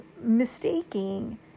mistaking